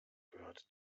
gehört